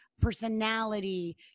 personality